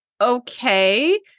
okay